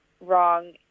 wrong